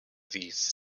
these